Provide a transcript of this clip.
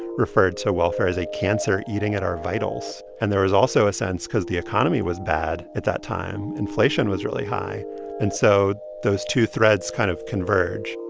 referred to so welfare as a cancer eating at our vitals. and there was also a sense because the economy was bad at that time inflation was really high and so those two threads kind of converge.